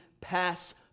pass